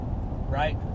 right